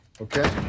Okay